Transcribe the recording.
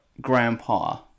grandpa